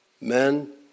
Men